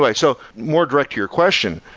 like so more direct to your question.